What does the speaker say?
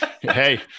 hey